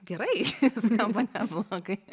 gerai skamba neblogai